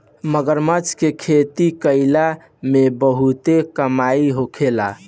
मगरमच्छ के खेती कईला में बहुते कमाई होखेला